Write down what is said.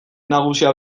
nagusia